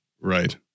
Right